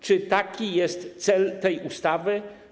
Czy taki jest cel tej ustawy?